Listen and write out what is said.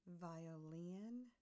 violin